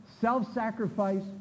self-sacrifice